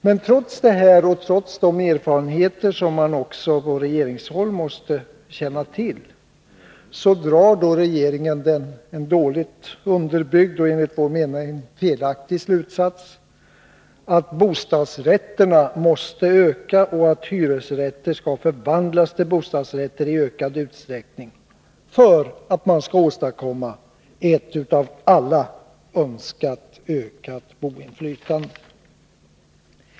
Men trots detta, och trots de erfarenheter som man också på regeringshåll måste känna till, drar regeringen den dåligt underbyggda och enligt vår mening felaktiga slutsatsen att bostadsrätterna måste öka och att hyresrätter bör förvandlas till bostadsrätter i ökad utsträckning för att man skall kunna åstadkomma ett av alla önskat ökat boinflytande.